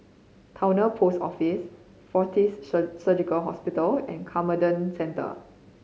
Towner Post Office Fortis Surgical Hospital and Camden Centre